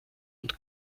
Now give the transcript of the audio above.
und